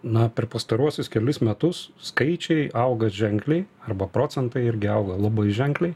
na per pastaruosius kelis metus skaičiai auga ženkliai arba procentai irgi auga labai ženkliai